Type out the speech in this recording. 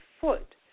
foot